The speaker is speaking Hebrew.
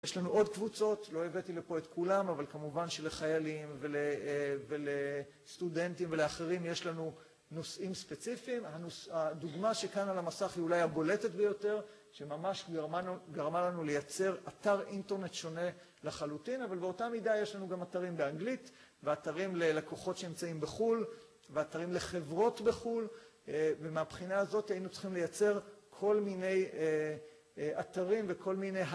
יש לנו עוד קבוצות, לא הבאתי לפה את כולם, אבל כמובן שלחיילים ולסטודנטים ולאחרים יש לנו נושאים ספציפיים. הדוגמה שכאן על המסך היא אולי הבולטת ביותר, שממש גרמה לנו לייצר אתר אינטרנט שונה לחלוטין, אבל באותה מידה יש לנו גם אתרים באנגלית, ואתרים ללקוחות שנמצאים בחול, ואתרים לחברות בחול, ומהבחינה הזאת היינו צריכים לייצר כל מיני אתרים וכל מיני